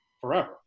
forever